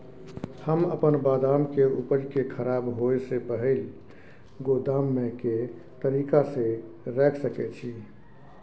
हम अपन बदाम के उपज के खराब होय से पहिल गोदाम में के तरीका से रैख सके छी?